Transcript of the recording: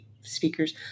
speakers